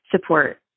support